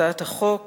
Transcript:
"הצעת החוק